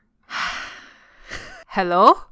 hello